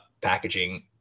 packaging